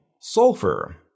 sulfur